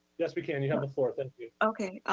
yes we can. you have a floor, thank you. okay,